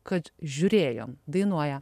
kad žiūrėjom dainuoja